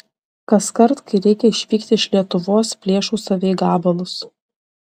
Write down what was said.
kaskart kai reikia išvykti iš lietuvos plėšau save į gabalus